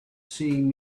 seeing